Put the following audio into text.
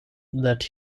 that